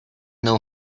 know